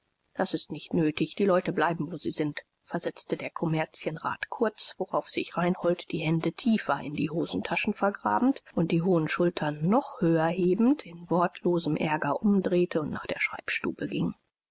das ist nicht nötig die leute bleiben wo sie sind versetzte der kommerzienrat kurz worauf sich reinhold die hände tiefer in die hosentaschen vergrabend und die hohen schultern noch höher hebend in wortlosem aerger umdrehte und nach der schreibstube ging